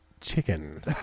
chicken